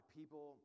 people